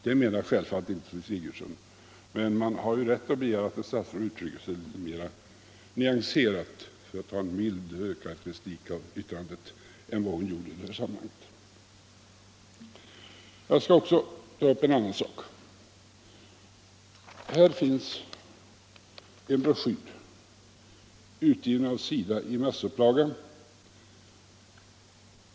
Det menar självfallet inte fru Sigurdsen, men man har rätt att begära att ett statsråd uttrycker sig mer nyanserat — för att karakterisera yttrandet milt —- än hon gjorde i det sammanhanget. Jag skall också ta upp en annan fråga. Här finns en broschyr, utgiven av SIDA i massupplaga.